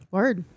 Word